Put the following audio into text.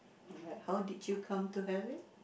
alright how did you come to have it